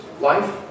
life